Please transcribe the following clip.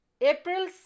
April